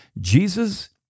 Jesus